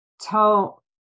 tell